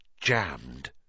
jammed